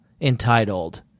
entitled